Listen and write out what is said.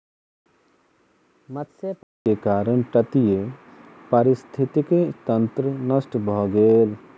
मत्स्य पालन के कारण तटीय पारिस्थितिकी तंत्र नष्ट भ गेल